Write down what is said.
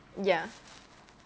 ya